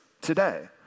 today